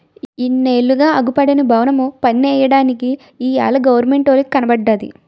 ఇన్నాళ్లుగా అగుపడని బవనము పన్నెయ్యడానికి ఇయ్యాల గవరమెంటోలికి కనబడ్డాది